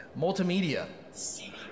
Multimedia